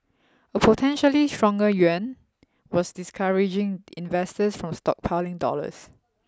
a potentially stronger yuan was discouraging investors from stockpiling dollars